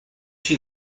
she